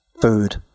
food